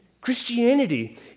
Christianity